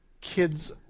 Kids